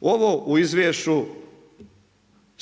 Ovo u izvješću